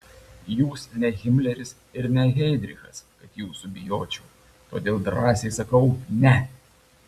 jūs ne himleris ir ne heidrichas kad jūsų bijočiau todėl drąsiai sakau ne